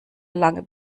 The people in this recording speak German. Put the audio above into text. lange